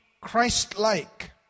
Christ-like